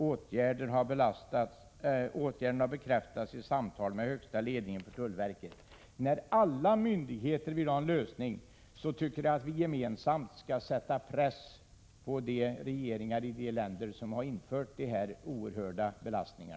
Åtgärden har bekräftats i samtal med högsta ledningen för tullverket.” När alla myndigheter vill ha en lösning tycker jag att vi gemensamt skall sätta en press på regeringarna i de länder som infört dessa oerhörda belastningar.